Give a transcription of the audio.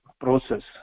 process